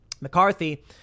McCarthy